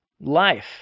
Life